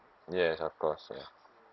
yes of course ya